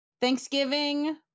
Thanksgiving